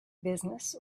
business